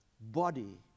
body